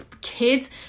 kids